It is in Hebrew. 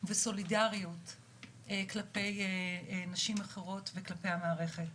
וסולידריות כלפי נשים אחרות וכלפי המערכת.